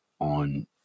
on